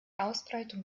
ausbreitung